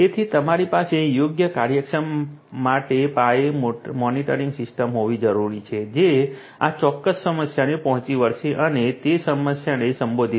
તેથી તમારી પાસે યોગ્ય કાર્યક્ષમ મોટા પાયે મોનિટરિંગ સિસ્ટમ હોવી જરૂરી છે જે આ ચોક્કસ સમસ્યાને પહોંચી વળશે અને તે સમસ્યાને સંબોધિત કરશે